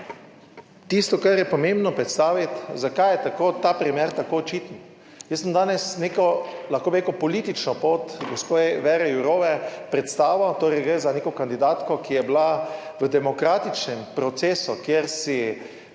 tisto, kar je pomembno predstaviti zakaj je tako, ta primer tako očiten. Jaz sem danes neko, lahko bi rekel, politično pot gospe Věre Jourove predstavil, torej gre za neko kandidatko, ki je bila v demokratičnem procesu, kjer si